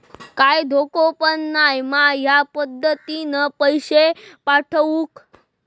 काय धोको पन नाय मा ह्या पद्धतीनं पैसे पाठउक?